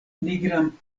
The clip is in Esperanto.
nigran